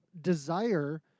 desire